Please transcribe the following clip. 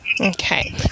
Okay